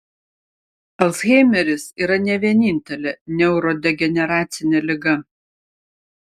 alzheimeris yra ne vienintelė neurodegeneracinė liga